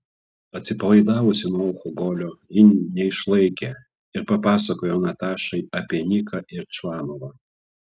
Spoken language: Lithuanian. atsipalaidavusi nuo alkoholio ji neišlaikė ir papasakojo natašai apie niką ir čvanovą